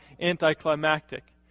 anticlimactic